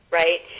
right